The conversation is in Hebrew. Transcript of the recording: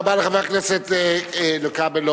תודה רבה לחבר הכנסת איתן כבל.